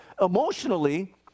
emotionally